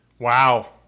Wow